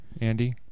Andy